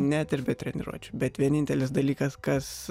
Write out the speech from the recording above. net ir be treniruočių bet vienintelis dalykas kas